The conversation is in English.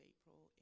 April